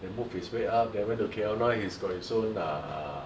then move his way up then went to K_L now he's got his own err